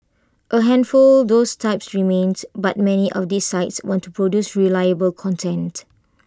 A handful those types remains but many of these sites want to produce reliable content